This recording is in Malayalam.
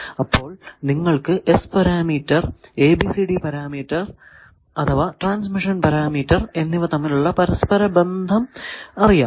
ഇപ്പോൾ നിങ്ങൾക്കു S പാരാമീറ്റർ ABCD പാരാമീറ്റർ അഥവാ ട്രാൻസ്മിഷൻ പാരാമീറ്റർ എന്നിവ തമ്മിലുള്ള പരസ്പര ബന്ധം അറിയാം